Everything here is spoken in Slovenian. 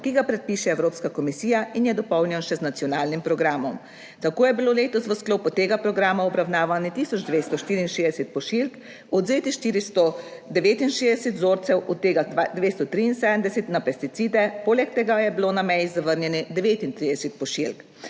ki ga predpiše Evropska komisija in je dopolnjen še z nacionalnim programom. Tako je bilo letos v sklopu tega programa obravnavanih 1264 pošiljk, odvzetih 469 vzorcev, od tega 273 na pesticide. Poleg tega je bilo na meji zavrnjenih 39 pošiljk.